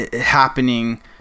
happening